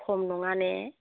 खम नङा ने